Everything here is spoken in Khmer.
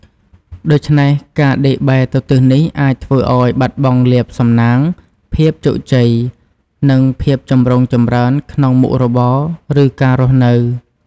ដូច្នេះ ការដេកបែរទៅទិសនេះអាចធ្វើឱ្យបាត់បង់លាភសំណាង ភាពជោគជ័យ និងភាពចម្រុងចម្រើនក្នុងមុខរបរ ឬការរស់នៅ។